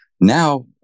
now